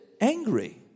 angry